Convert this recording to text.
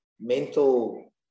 mental